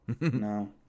No